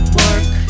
work